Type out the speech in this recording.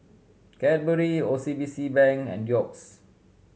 Cadbury O C B C Bank and Doux